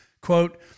quote